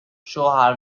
شوهر